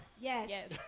Yes